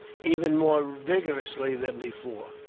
even more vigorously than before.